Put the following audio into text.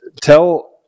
tell